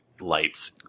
lights